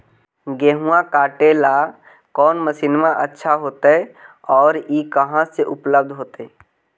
गेहुआ काटेला कौन मशीनमा अच्छा होतई और ई कहा से उपल्ब्ध होतई?